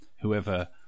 whoever